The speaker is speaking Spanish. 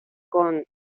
con